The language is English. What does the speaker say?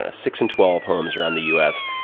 ah six and twelve homes around the us.